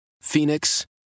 Phoenix